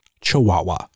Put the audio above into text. Chihuahua